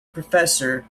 professor